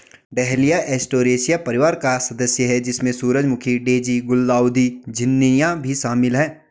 dahlia Asteraceae परिवार का सदस्य है, जिसमें सूरजमुखी, डेज़ी, गुलदाउदी, झिननिया भी शामिल है